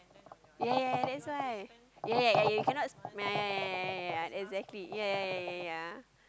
ya ya that's why ya ya you cannot my exactly ya ya ya ya